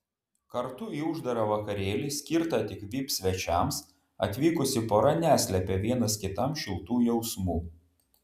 kartu į uždarą vakarėlį skirtą tik vip svečiams atvykusi pora neslėpė vienas kitam šiltų jausmų